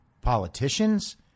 politicians